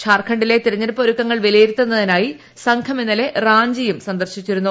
ഝാർഖണ്ഡിലെ തിരഞ്ഞെടുപ്പ് ഒരുക്കങ്ങൾ വിലയിരുത്തുന്നതിനായി സംഘം ഇന്നലെ റാഞ്ചിയും സന്ദർശിച്ചിരുന്നു